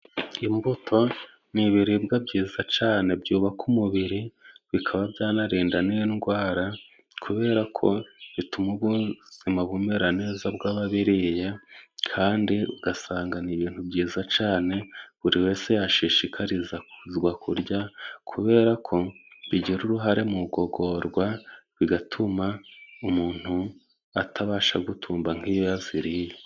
Imbuto ni ibiribwa byiza cane byubaka umubiri bikaba byanarinda n'indwara kubera ko bituma ubuzima bumera neza bw'ababiriye kandi ugasanga ni ibintu byiza cane buri wese yashishikariza kuzwa kurya kubera ko bigira uruhare mu gogorwa bigatuma umuntu atabasha gutumba nk'iyo yazereye